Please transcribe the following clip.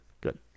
good